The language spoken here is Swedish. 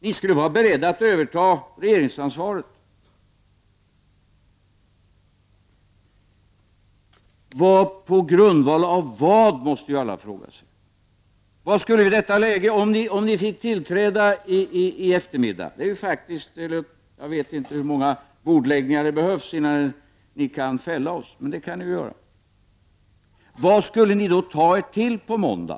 Ni säger er vara beredda att överta regeringsansvaå måste ju alla fråga sig: på grundval av vad? Jag vet inte hur många gningar som krävs innan ni kan fälla oss, men om ni får möjlighet att tillträda i eftermiddag, vad skulle ni då ta er till på måndag?